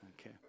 Okay